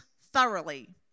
thoroughly